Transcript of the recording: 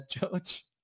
george